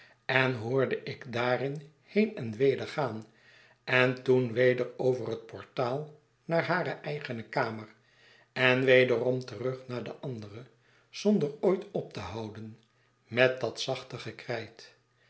en hoorde ik haar daarin heen en weder gaan en toen weder over het portaal naar hare eigene kamer en wederom terug naar de andere zonder ooit op te houden met dat zachte gekrijt